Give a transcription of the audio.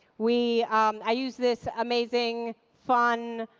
we i use this amazing, fun,